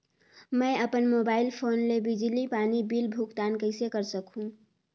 मैं अपन mobile phone ले बिजली पानी बिल भुगतान कइसे कर सकहुं?